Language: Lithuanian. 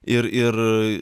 ir ir